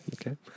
Okay